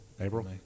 April